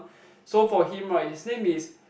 so for him right his name is